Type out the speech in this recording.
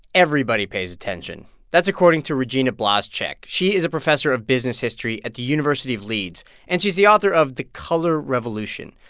everybody pays attention. that's according to regina blaszczyk. she is a professor of business history at the university of leeds, and she's the author of the color revolution.